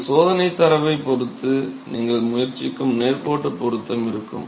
உங்கள் சோதனைத் தரவைப் பொருத்த நீங்கள் முயற்சிக்கும் நேர்கோட்டுப் பொருத்தம் இருக்கும்